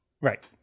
Right